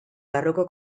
barroco